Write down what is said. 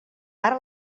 ara